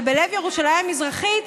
אבל בלב ירושלים המזרחית,